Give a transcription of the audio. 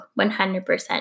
100%